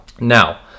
Now